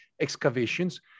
excavations